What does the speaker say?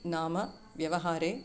नाम व्यवहारे